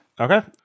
Okay